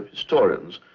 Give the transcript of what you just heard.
historians.